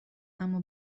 اما